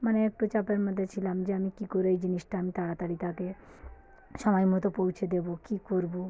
মানে একটু চাপের মধ্যে ছিলাম যে আমি কী করে ওই জিনিসটা আমি তাড়াতাড়ি তাকে সময়মতো পৌঁছে দেবো কী করব